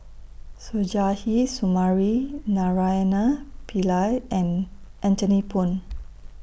Suzairhe Sumari Naraina Pillai and Anthony Poon